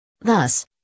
Thus